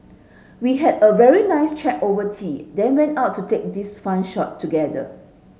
we had a very nice chat over tea then went out to take this fun shot together